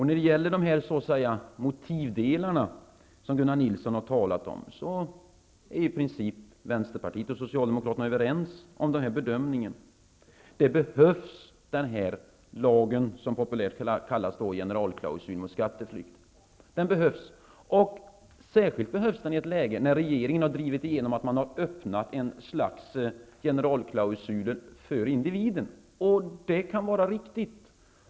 När det gäller de delar av motiven som Gunnar Nilsson har talat om, är i princip Vänsterpartiet och Socialdemokraterna överens om bedömningen. Denna lag, som populärt kallas generalklausulen mot skatteflykt, behövs. Den behövs särskilt i ett läge där regeringen har drivit igenom att man öppnat möjligheten för ett slags generalklausuler för individen. Det kan vara riktigt.